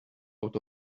out